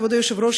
כבוד היושב-ראש,